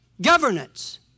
governance